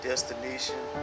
Destination